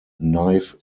knife